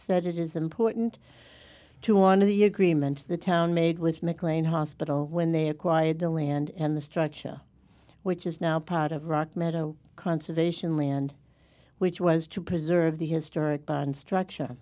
that it is important to one of the agreements the town made with mclean hospital when they acquired the land and the structure which is now part of rock meadow conservation land which was to preserve the historic bond structure